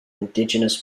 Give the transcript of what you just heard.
indigenous